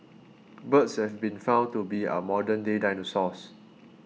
birds have been found to be our modern day dinosaurs